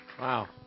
Wow